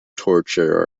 torture